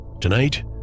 Tonight